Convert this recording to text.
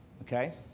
Okay